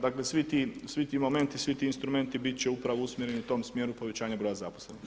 Dakle, svi ti momenti, svi ti instrumenti bit će upravo usmjereni u tom smjeru povećanja broja zaposlenih.